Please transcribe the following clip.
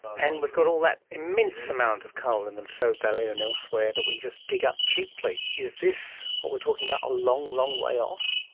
and we've got all that immense amount of coal in the latrobe so valley and elsewhere that we just dig up cheaply. is this, what we're talking about, a long, long way off?